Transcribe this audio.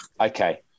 Okay